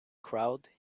crowd